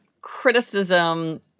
criticism